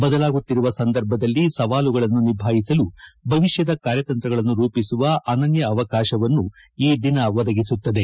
ಬದಲಾಗುತ್ತಿರುವ ಸಂದರ್ಭದಲ್ಲಿ ಸವಾಲುಗಳನ್ನು ನಿಭಾಯಿಸಲು ಭವಿಷ್ಠದ ಕಾರ್ಯತಂತ್ರಗಳನ್ನು ರೂಪಿಸುವ ಅನನ್ತ ಅವಕಾಶವನ್ನು ಈ ದಿನ ಒದಗಿಸುತ್ತದೆ